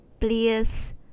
please